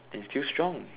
and he's still strong